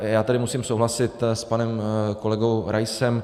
Já tady musím souhlasit s panem kolegou Raisem.